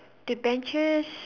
the benches